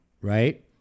right